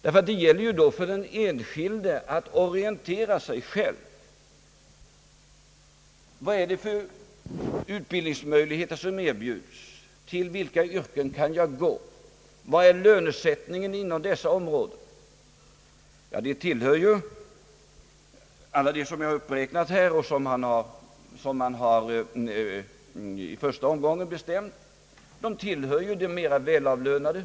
Det gäller ju då för den enskilde att orientera sig själv: Vilka utbildningsmöjligheter erbjuds, till vilka yrken kan jag gå, vad är lönesättningen inom dessa områden? Alla de yrken som uppräknats här och som man i första omgången bestämt sig för, tillhör de mer välavlönade.